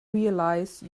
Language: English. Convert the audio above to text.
realize